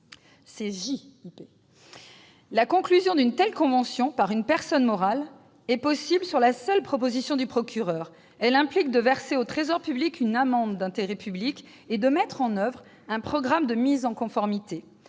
CJIP. La conclusion d'une telle convention par une personne morale est possible sur la seule proposition du procureur. Elle implique de verser au Trésor public une amende d'intérêt public et de mettre en oeuvre un programme de mise en conformité.